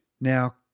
Now